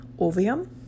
ovium